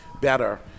better